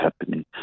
happening